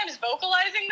vocalizing